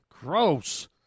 Gross